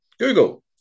Google